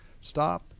stop